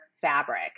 fabric